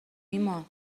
ایمان